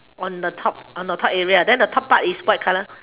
on the top on the top area then the top part is white color